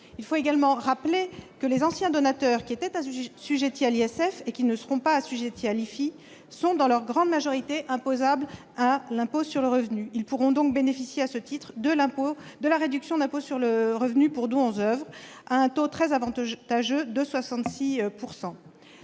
Il faut également rappeler que les anciens donateurs assujettis à l'ISF et qui ne seront pas assujettis à l'IFI sont, dans leur grande majorité, imposables pour ce qui concerne l'impôt sur le revenu. Ils pourront donc bénéficier à ce titre de la réduction d'impôt sur le revenu pour dons aux oeuvres, à un taux très avantageux de 66 %.